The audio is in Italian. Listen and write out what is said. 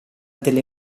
delle